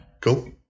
Cool